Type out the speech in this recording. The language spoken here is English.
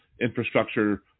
infrastructure